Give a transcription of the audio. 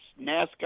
NASCAR